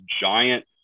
giant